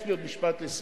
יש לי עוד משפט לסיום.